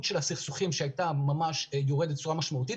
של הסכסוכים שהייתה ממש בצורה משמעותית,